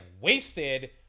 wasted